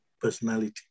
personality